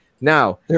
Now